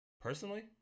Personally